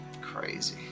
crazy